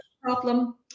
problem